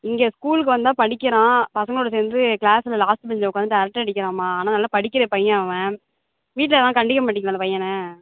இங்கே ஸ்கூலுக்கு வந்தால் படிக்கிறான் பசங்களோட சேர்ந்து க்ளாஸில் லாஸ்ட் பெஞ்சில் உட்காந்துட்டு அரட்டை அடிக்கிறாம்மா ஆனால் நல்லா படிக்கிற பையன் அவன் வீட்ல எல்லாம் கண்டிக்க மாட்டிங்களா அந்த பையனை